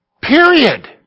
Period